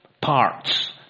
parts